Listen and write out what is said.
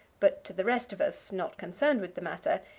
but to the rest of us, not concerned with the matter,